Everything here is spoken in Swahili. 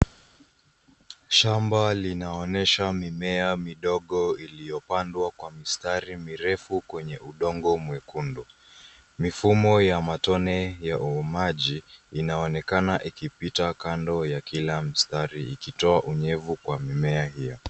Shamba linaonyesha mimea midogo iliyopandwa kwa mistari mirefu kwenye udongo mwekundu. Mifumo ya matone ya maji inaonekana ikipita kando ya kila mstari ikitoa unyevu kwa mimea hiyo.